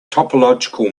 topological